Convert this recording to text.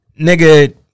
nigga